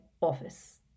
office